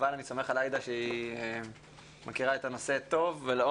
אבל אני סומך על עאידה שהיא מכירה את הנושא טוב ולעומק.